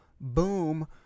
boom